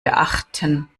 beachten